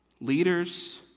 Leaders